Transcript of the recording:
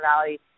Valley